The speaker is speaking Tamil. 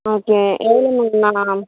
ஓகே எவ்வளோ மேம்